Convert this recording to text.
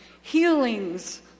healings